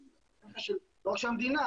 לא רק של המדינה,